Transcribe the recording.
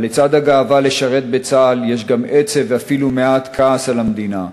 אבל לצד הגאווה לשרת בצה"ל יש גם עצב ואפילו מעט כעס על המדינה.